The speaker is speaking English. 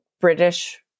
British